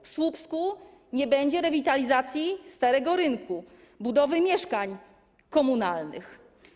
W Słupsku nie będzie rewitalizacji Starego Rynku, budowy mieszkań komunalnych.